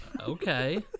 Okay